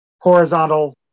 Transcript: horizontal